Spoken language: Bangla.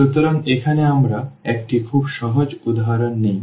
সুতরাং এখানে আমরা একটি খুব সহজ উদাহরণ নিই